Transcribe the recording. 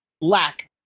lack